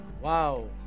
Wow